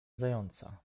zająca